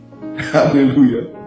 Hallelujah